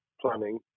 planning